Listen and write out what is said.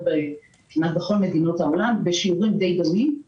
כמעט בכל מדינות העולם בשיעורים דומים למדי.